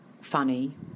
funny